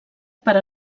per